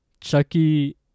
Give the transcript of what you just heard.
chucky